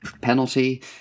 penalty